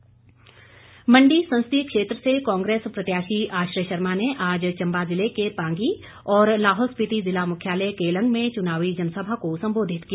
कांग्रेस प्रचार मण्डी संसदीय क्षेत्र से कांग्रेस प्रत्याशी आश्रय शर्मा ने आज चम्बा जिले के पांगी और लाहौल स्पिति जिला मुख्यालय केलांग में चुनावी जनसभा को सम्बोधित किया